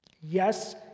Yes